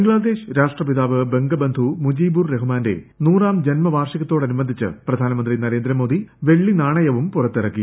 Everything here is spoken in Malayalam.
ബംഗ്ലാദേശ് രാഷ്ട്രപിതാവ് ബംഗബന്ധു മുജീബുർ റഹ്മാന്റെ നൂറാം ജന്മവാർഷികത്തോടനുബന്ധിച്ച് പ്രധാനമന്ത്രി നരേന്ദ്രമോദി വെളളി നാണയവും പുറത്തിറക്കി